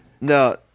No